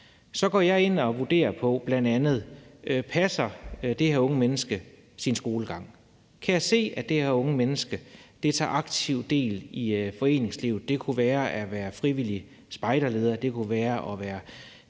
går jeg bl.a. ind og vurderer, om det her unge menneske passer sin skolegang. Kan jeg se, at det her unge menneske tager aktivt del i foreningslivet? Det kunne være at være frivillig spejderleder, det kunne være at være